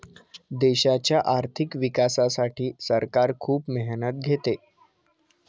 देशाच्या आर्थिक विकासासाठी सरकार खूप मेहनत घेते